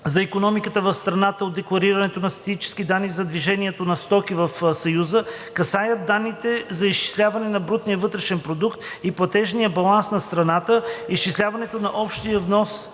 за икономиката в страната от декларирането на статистическите данни за движението на стоки в Съюза касаят данните за изчисляване на брутния вътрешен продукт и платежния баланс на страната, изчисляването на общия внос